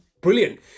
Brilliant